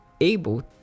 able